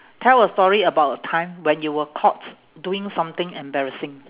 tell a story about a time when you were caught doing something embarrassing